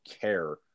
care